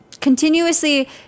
continuously